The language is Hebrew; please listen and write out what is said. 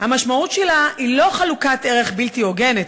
המשמעות היא לא חלוקת ערך בלתי הוגנת,